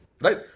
Right